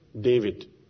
David